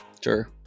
sure